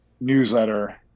newsletter